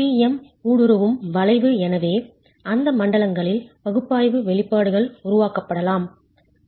P M ஊடுருவும் வளைவு எனவே அந்த மண்டலங்களில் பகுப்பாய்வு வெளிப்பாடுகள் உருவாக்கப்படலாம்